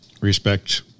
respect